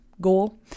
goal